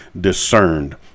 discerned